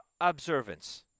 observance